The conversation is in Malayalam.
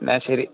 എന്നാല് ശരി